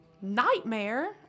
nightmare